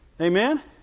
amen